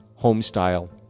homestyle